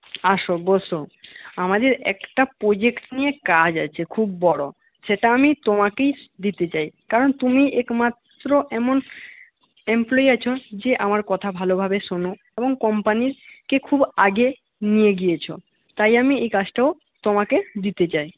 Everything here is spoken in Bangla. আসো বোসো আমাদের একটা প্রোজেক্ট নিয়ে কাজ আছে খুব বড়ো সেটা আমি তোমাকেই দিতে চাই কারণ তুমি একমাত্র এমন এমপ্লয়ি আছো যে আমার কথা ভালোভাবে শোনো এবং কোম্পানিকে খুব আগে নিয়ে গিয়েছো তাই আমি এই কাজটাও তোমাকে দিতে চাই